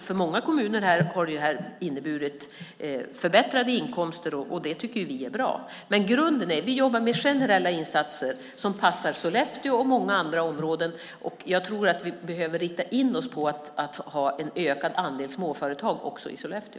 För många kommuner har detta inneburit förbättrade inkomster, och det tycker vi är bra. Men grunden är att vi jobbar med generella insatser som passar Sollefteå och många andra områden, och jag tror att vi behöver rikta in oss på att ha en ökad andel småföretag också i Sollefteå.